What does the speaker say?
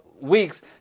Weeks